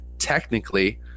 Technically